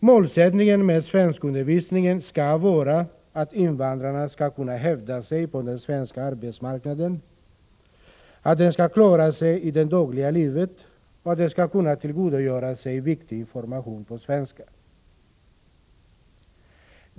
Målsättningen med svenskundervisningen skall vara att invandrarna skall kunna hävda sig på den svenska arbetsmarknaden, att de skall klara sig i det dagliga livet och att de skall kunna tillgodogöra sig viktig information på svenska.